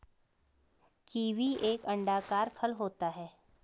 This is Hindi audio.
कीवी एक अंडाकार फल होता है